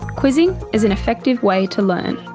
quizzing is an effective way to learn.